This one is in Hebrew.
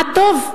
מה טוב.